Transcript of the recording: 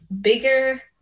bigger